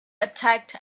attacked